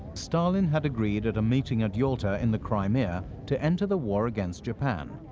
stalin had agreed at a meeting at yalta in the crimea to enter the war against japan.